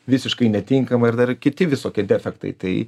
visiškai netinkama ir dar kiti visokie defektai tai